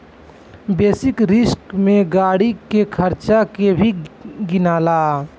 basic risk में गाड़ी के खर्चा के भी गिनाला